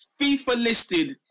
FIFA-listed